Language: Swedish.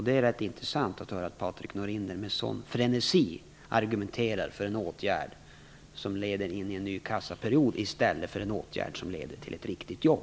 Det är rätt intressant att höra Patrik Norinder med sådan frenesi argumentera för en åtgärd som leder in i en ny a-kasseperiod i stället för till ett riktigt jobb.